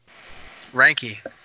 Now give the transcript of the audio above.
Ranky